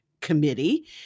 Committee